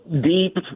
deep